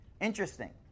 interesting